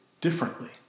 differently